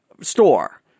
store